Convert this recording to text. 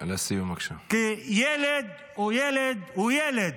כי ילד הוא ילד הוא ילד.